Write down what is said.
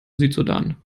südsudan